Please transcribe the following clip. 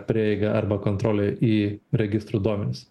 prieigą arba kontrolę į registrų duomenis